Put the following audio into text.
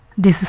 the